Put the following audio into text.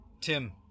Tim